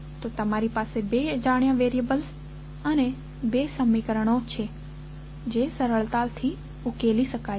તો તમારી પાસે બે અજાણ્યા વેરીઅબલ્સ અને બે સમીકરણો છે જે સરળતાથી ઉકેલી શકાય છે